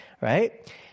right